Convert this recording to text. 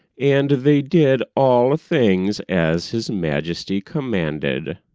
and they did all things as his majesty commanded.